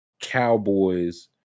Cowboys